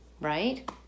Right